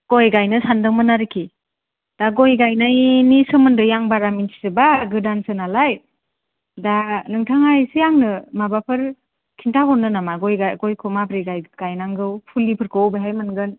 गय गायनो सानदोंमोन आरोखि दा गय गायनायनि सोमोन्दै आं बारा मिथिजोबा गोदानसो नालाय दा आंनो नोंथाङा इसे आंनो माबाफोर खिनथाहरनो नामा गयखौ माबोरै गायनांगौ फुलिफोरखौ अबेहाय मोनगोन